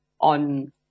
on